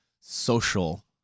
social